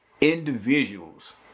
individuals